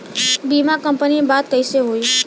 बीमा कंपनी में बात कइसे होई?